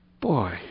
Boy